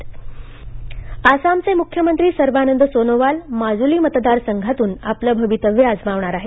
आसाम निवडणूक आसामचे मुख्यमंत्री सर्बानंद सोनोवाल माजूली मतदारसंघातून आपलं भवितव्य आजमावणार आहेत